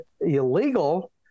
illegal